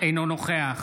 אינו נוכח